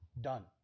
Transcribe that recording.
done